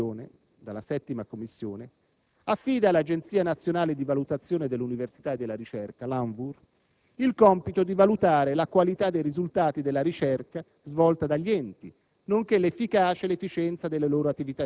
il testo proposto dalla 7a Commissione affida all'Agenzia nazionale di valutazione dell'università e della ricerca (ANVUR) il compito di valutare la qualità dei risultati della ricerca svolta dagli enti,